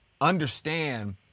understand